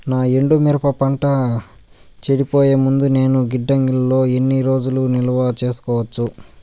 నా ఎండు మిరప పంట చెడిపోయే ముందు నేను గిడ్డంగి లో ఎన్ని రోజులు నిలువ సేసుకోవచ్చు?